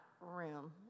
room